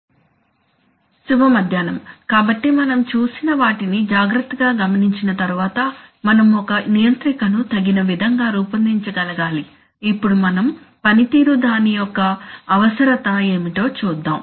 keyword లు error integrator నియంత్రిక step response integral control stability rise time శుభ మధ్యాహ్నం కాబట్టి మనం చూసిన వాటిని జాగ్రత్తగా గమనించిన తరువాత మనం ఒక నియంత్రిక ను తగిన విధంగా రూపొందించ గలగాలి ఇప్పుడు మనం పనితీరు దాని యొక్క అవసరత ఏమిటో చూద్దాం